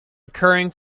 occurring